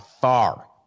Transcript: far